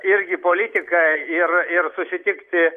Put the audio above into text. irgi politika ir ir susitikti